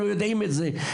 אנחנו יודעים את זה.